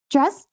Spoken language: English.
Dress